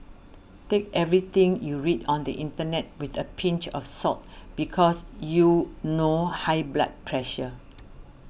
take everything you read on the internet with a pinch of salt because you know high blood pressure